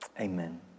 Amen